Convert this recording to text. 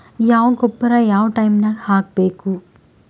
ಯಾವ ಗೊಬ್ಬರ ಯಾವ ಟೈಮ್ ನಾಗ ಹಾಕಬೇಕು?